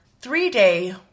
three-day